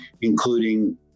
including